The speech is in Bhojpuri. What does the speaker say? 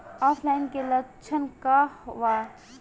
ऑफलाइनके लक्षण क वा?